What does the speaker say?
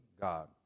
God